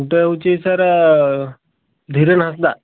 ଗୋଟିଏ ହେଉଛି ସାର୍ ଧିରେ ନାଦା